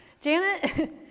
Janet